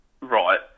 right